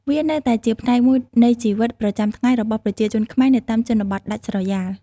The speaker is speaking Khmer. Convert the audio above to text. វានៅតែជាផ្នែកមួយនៃជីវិតប្រចាំថ្ងៃរបស់ប្រជាជនខ្មែរនៅតាមជនបទដាច់ស្រយាល។